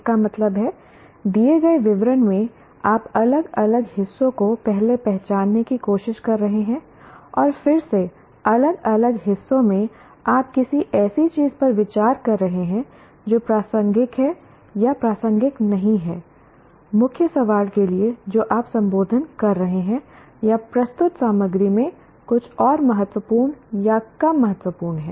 इसका मतलब है दिए गए विवरण में आप अलग अलग हिस्सों को पहले पहचानने की कोशिश कर रहे हैं और फिर से अलग अलग हिस्सों में आप किसी ऐसी चीज पर विचार कर रहे हैं जो प्रासंगिक है या प्रासंगिक नहीं है मुख्य सवाल के लिए जो आप संबोधन कर रहे हैं या प्रस्तुत सामग्री में कुछ और महत्वपूर्ण या कम महत्वपूर्ण हैं